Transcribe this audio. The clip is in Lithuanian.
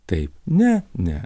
taip ne ne